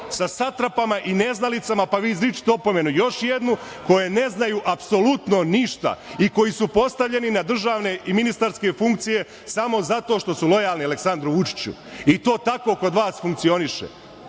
sa satrapama i neznalicama, pa vi izričite opomenu još jednu, koji ne znaju apsolutno ništa i koji su postavljeni na državne i ministarske funkcije samo zato što su lojalni Aleksandru Vučiću. I to tako kod vas funkcioniše. Ja